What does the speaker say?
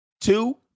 two